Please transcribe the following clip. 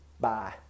Bye